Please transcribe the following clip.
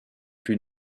plus